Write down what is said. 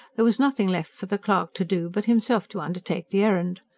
there was nothing left for the clerk to do but himself to undertake the errand.